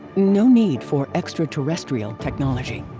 no need for extraterrestrial technology!